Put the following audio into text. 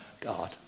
God